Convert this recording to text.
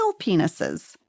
penises